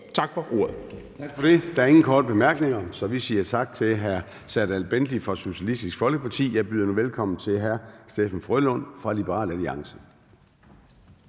Tak for det. Der er ingen korte bemærkninger, så vi siger tak til hr. Serdal Benli fra Socialistisk Folkeparti. Jeg byder nu velkommen til hr. Steffen W. Frølund fra Liberal Alliance.